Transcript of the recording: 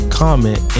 comment